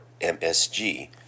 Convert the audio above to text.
MSG